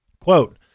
Quote